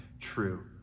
true